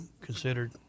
considered